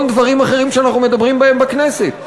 דברים אחרים שאנחנו מדברים בהם בכנסת?